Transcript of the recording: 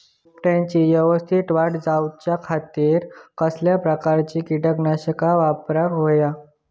रोपट्याची यवस्तित वाढ जाऊच्या खातीर कसल्या प्रकारचा किटकनाशक वापराक होया?